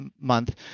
month